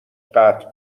قطع